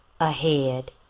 ahead